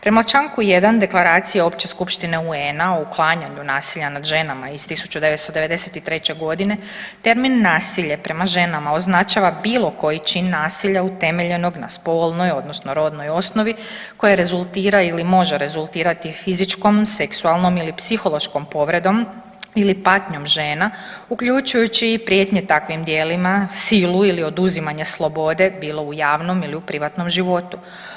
Prema članku 1. Deklaracije Opće Skupštine UN-a o uklanjanju nasilja nad ženama iz 1993. godine termin nasilje prema ženama označava bilo koji čin nasilja utemeljenog na spolnoj, odnosno rodnoj osnovi koja rezultira ili može rezultirati fizičkom, seksualnom ili psihološkom povredom ili patnjom žena uključujući i prijetnje takvim djelima, silu ili oduzimanja slobode bilo u javnom ili u privatnom životu.